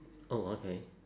oh okay